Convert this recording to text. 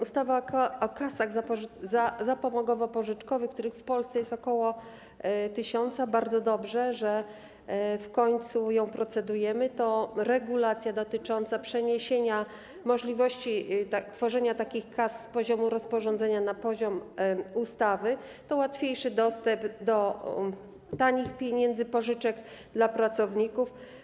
Ustawa o kasach zapomogowo-pożyczkowych, których w Polsce jest ok. 1 tys. - bardzo dobrze, że w końcu nad nią procedujemy - to regulacja dotycząca przeniesienia możliwości tworzenia takich kas z poziomu rozporządzenia na poziom ustawy, to łatwiejszy dostęp do tanich pieniędzy, pożyczek dla pracowników.